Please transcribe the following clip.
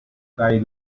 kaj